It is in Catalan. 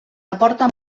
aporta